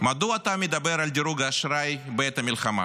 מדוע אתה מדבר על דירוג האשראי בעת המלחמה?